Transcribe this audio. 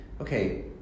Okay